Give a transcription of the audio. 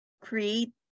create